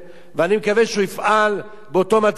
אני מקווה שהוא יפעל באותו מתווה שאני